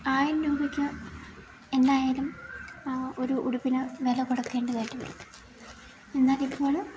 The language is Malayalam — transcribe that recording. ആയിരം രൂപയ്ക്ക് എന്തായാലും ഒരു ഉടുപ്പിന് വില കൊടുക്കേണ്ടതായിട്ട് വരും എന്നാലിപ്പോഴ്